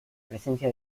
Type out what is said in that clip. presencia